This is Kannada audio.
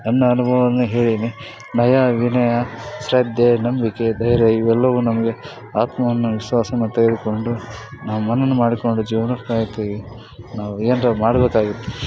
ನನ್ನ ಅನುಭವವನ್ನು ಹೇಳೀನಿ ನಯ ವಿನಯ ಶ್ರದ್ಧೆ ನಂಬಿಕೆ ಧೈರ್ಯ ಇವೆಲ್ಲವೂ ನಮಗೆ ಆತ್ಮವನ್ನು ವಿಶ್ವಾಸವನ್ನು ತೆಗೆದುಕೊಂಡು ನಾವು ಮನನ ಮಾಡಿಕೊಂಡು ಜೀವ್ನಕ್ಕೆ ಕಾಯ್ತೀವಿ ನಾವು ಏನಾರ ಮಾಡ್ಬೇಕಾಗಿತ್ತು